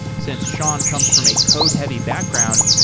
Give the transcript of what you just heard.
since shawn comes from a code-heavy background,